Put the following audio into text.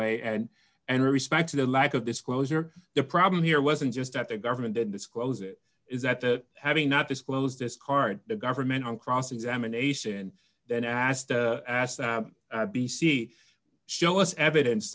way and and respect to the lack of disclosure the problem here wasn't just that the government didn't disclose it is that that having not disclosed this card the government on cross examination then asked asked b c show us evidence